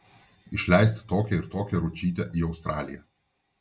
išleisti tokią ir tokią ručytę į australiją